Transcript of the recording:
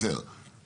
אז תסביר לי למה.